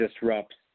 disrupts